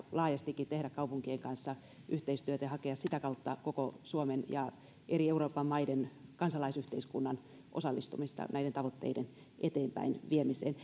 laajastikin yhteistyötä kaupunkien kanssa ja hakea sitä kautta koko suomen ja eri euroopan maiden kansalaisyhteiskunnan osallistumista näiden tavoitteiden eteenpäinviemiseen